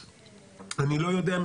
אני לא יודע,